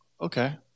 okay